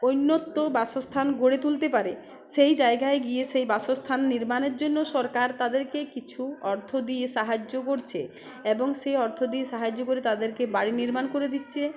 অন্যত্র বাসস্থান গড়ে তুলতে পারে সেই জায়গায় গিয়ে সেই বাসস্থান নির্মাণের জন্য সরকার তাদেরকে কিছু অর্থ দিয়ে সাহায্য করছে এবং সেই অর্থ দিয়ে সাহায্য করে তাদেরকে বাড়ি নির্মাণ করে দিচ্ছে